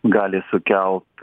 gali sukelt